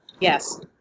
Yes